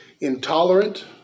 intolerant